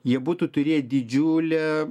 jie būtų turėję didžiulę